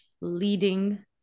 leading